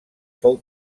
fou